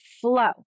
flow